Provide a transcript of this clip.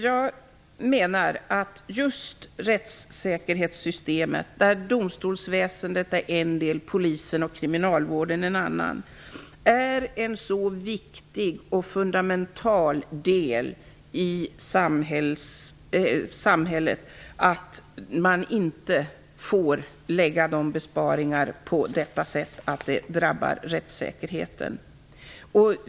Jag menar att just rättssäkerhetssystemet, där domstolsväsendet är en del och polisen och kriminalvården en annan, är en så viktig och fundamental del i samhället att man inte får ålägga dem besparingar på ett sätt som drabbar rättssäkerheten.